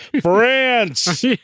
france